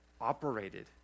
operated